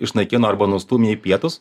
išnaikino arba nustūmė į pietus